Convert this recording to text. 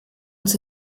uns